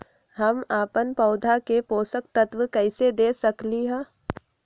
हम अपन पौधा के पोषक तत्व कैसे दे सकली ह?